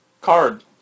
card